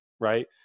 right